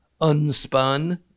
unspun